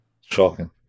Shocking